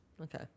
Okay